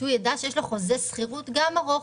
שהוא ידע שיש לו חוזה שכירות ארוך.